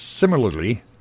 similarly